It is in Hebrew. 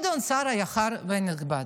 גדעון סער היקר והנכבד,